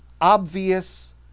obvious